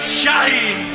shine